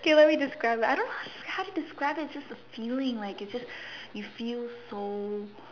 K let me describe it I don't know how how do you describe it it's just the feeling like it's just it feels so